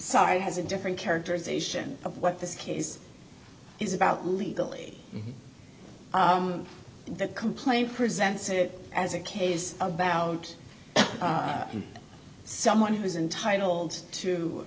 side has a different characterization of what this case is about legally the complaint presents it as a case about someone who's untitled to